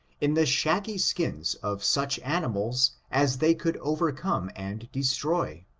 in the shaggy skins of such animals as they could overcome and destroy.